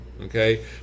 okay